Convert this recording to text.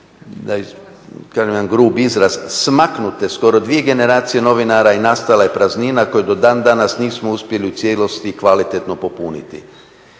da kažem jedan grub izraz, smaknute skoro dvije generacije novinara i nastala je praznina koju do dan danas nismo uspjeli u cijelosti kvalitetno popuniti.